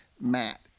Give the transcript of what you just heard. Matt